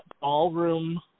ballroom